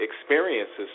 experiences